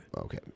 Okay